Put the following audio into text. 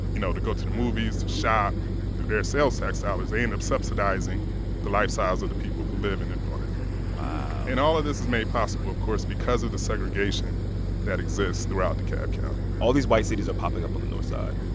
you know, to go to the movies, to shop their sales tax dollars, they end up subsidizing the lifestyles of the people who live in the and north wow and all of this is made possible, of course, because of the segregation that exists throughout dekalb county all these white cities are popping up on the north side.